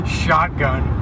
shotgun